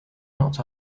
not